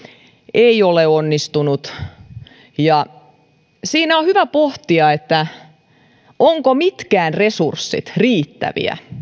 ei ole onnistunut siinä on hyvä pohtia ovatko mitkään resurssit riittäviä